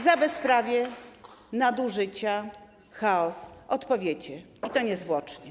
Za bezprawie, nadużycia i chaos odpowiecie, i to niezwłocznie.